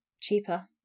cheaper